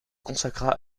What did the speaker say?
consacra